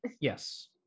Yes